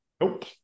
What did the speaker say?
Nope